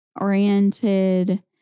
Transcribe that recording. oriented